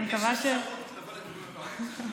יש אפשרות שתעברי לקואליציה.